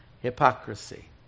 Hypocrisy